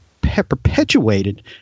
perpetuated